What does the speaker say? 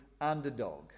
underdog